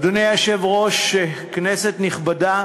אדוני היושב-ראש, כנסת נכבדה,